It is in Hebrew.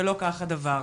ולא כך הדבר.